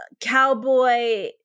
cowboy